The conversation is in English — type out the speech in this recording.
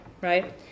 right